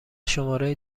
شماره